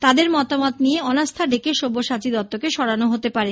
তাঁদের মতামত নিয়ে অনাস্থা ডেকে সব্যসাচী দত্তকে সরানো হতে পারে